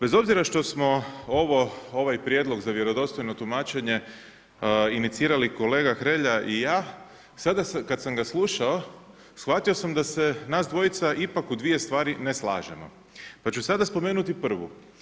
Bez obzira što smo ovaj prijedlog za vjerodostojno tumačenje inicirali kolega Hrelja i ja, kad sam ga slušao, shvatio sam da se nas dvojica ipak u dvije stvari ne slažemo pa ću sada spomenuti prvu.